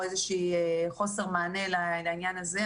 או איזה שהיא חוסר מענה לעניין הזה,